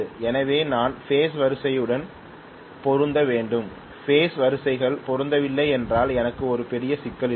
எனவே நான் பேஸ் வரிசையுடன் பொருந்த வேண்டும் பேஸ் வரிசைகள் பொருந்தவில்லை என்றால் எனக்கு ஒரு பெரிய சிக்கல் இருக்கும்